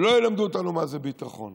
לא ילמדו אותנו מה זה ביטחון.